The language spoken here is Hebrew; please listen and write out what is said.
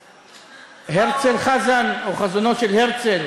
הרצל חזן או חזונו של הרצל?